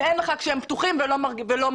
אם אין לך כשהם פתוחים ולא מרוויחים.